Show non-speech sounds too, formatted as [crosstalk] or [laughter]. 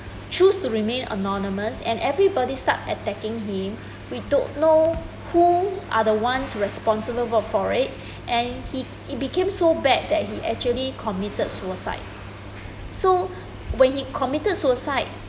choose to remain anonymous and everybody start attacking him [breath] we don't know who are the ones responsible for for it [breath] and he it became so bad that he actually committed suicide so [breath] when he committed suicide